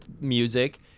music